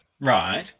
Right